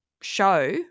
show